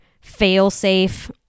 fail-safe